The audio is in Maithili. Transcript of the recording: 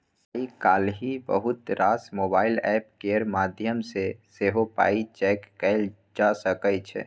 आइ काल्हि बहुत रास मोबाइल एप्प केर माध्यमसँ सेहो पाइ चैक कएल जा सकै छै